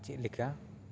ᱪᱮᱫ ᱞᱮᱠᱟ